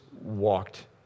walked